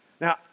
Now